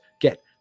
get